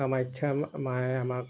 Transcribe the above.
কামাখ্যা মায়ে আমাক